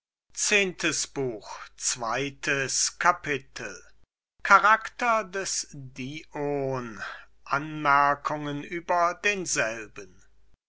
zweites kapitel charakter des dion anmerkungen über denselben